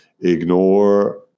ignore